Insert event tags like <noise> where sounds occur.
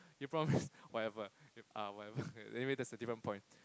they promise <laughs> whatever uh whatever anyway that's a different point